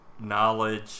knowledge